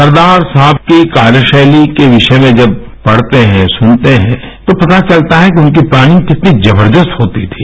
सरदार साहब की कार्यशैली के विषय में जब पढते हैं सूनते हैं तो पता चलता है कि उनकी प्लानिंग कितनी जबरदस्त होती थी